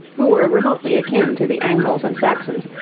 who were remotely akin to the angles and saxons,